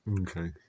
Okay